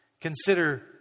consider